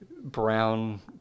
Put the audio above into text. brown